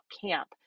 camp